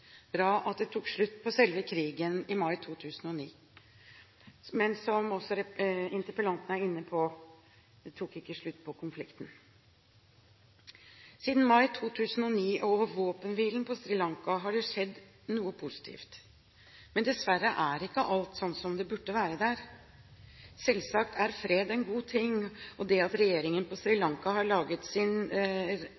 at det tok slutt på selve krigen i mai 2009, men, som også interpellanten er inne på, konflikten tok ikke slutt. Siden mai 2009 og våpenhvilen på Sri Lanka har det skjedd noe positivt. Men dessverre er ikke alt sånn som det burde være der. Selvsagt er fred en god ting, og det at regjeringen på